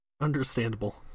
understandable